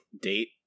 date